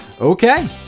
Okay